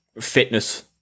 fitness